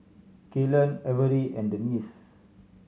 Kaylen Avery and Denise